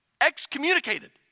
excommunicated